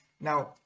now